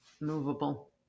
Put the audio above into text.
Movable